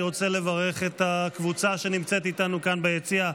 אני רוצה לברך את הקבוצה שנמצאת איתנו כאן ביציע.